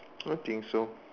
I think so